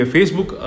Facebook